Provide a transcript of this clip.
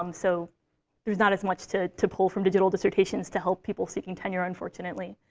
um so there's not as much to to pull from digital dissertations to help people seeking tenure, unfortunately.